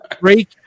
break